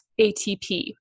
ATP